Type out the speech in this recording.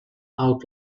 out